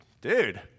dude